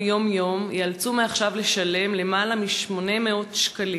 יום-יום ייאלצו מעכשיו לשלם למעלה מ-800 שקלים.